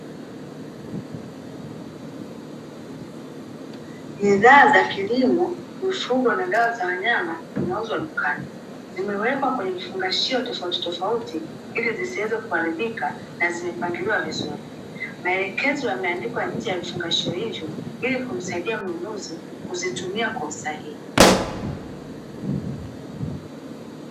Bidhaa za kilimo, mifugo na dawa za wanyama zinauzwa dukani, zimewekwa kwenye vifungashio tofauti tofauti ili zisiweze kuharibika na zimepangiliwa vizuri. Maelekezo yameandikwa nje ya vifungashio hivyo ili kumsaidia mnunuzi kuzitumia kwa usahihi.